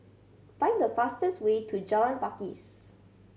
find the fastest way to Jalan Pakis